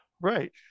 right